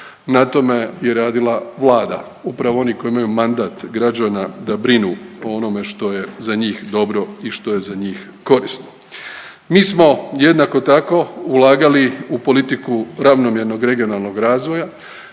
Na tome je radila Vlada. Upravo oni koji imaju mandat građana da brinu o onome što je za njih dobro i što je za njih korisno. Mi smo jednako tako ulagali u politiku ravnomjernog regionalnog razvoja